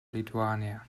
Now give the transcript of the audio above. lithuania